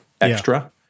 extra